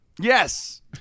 Yes